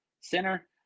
Center